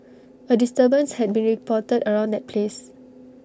A disturbance had been reported around that place